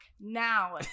now